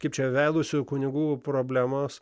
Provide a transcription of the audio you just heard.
kaip čia vedusių kunigų problemos